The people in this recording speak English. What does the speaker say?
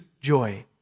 joy